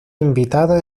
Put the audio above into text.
invitada